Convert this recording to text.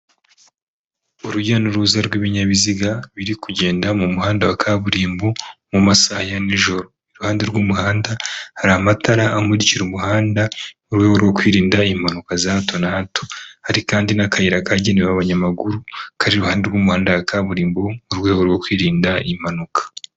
Urujya n'uruza rw'ibinyabiziga biri kugenda mu muhanda wa kaburimbo mu masaha ya nijoro, iruhande rw'umuhanda hari amatara amurikira umuhanda mu rwego rwo kwirinda impanuka za hato na hato, hari kandi n'akayira kagenewe abanyamaguru kari iruhande rw'umuhanda wa kaburimbo, mu rwego rwo kwirinda iyi mpanuka.